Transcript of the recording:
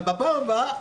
אבל בפעם הבאה,